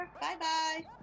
Bye-bye